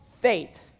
faith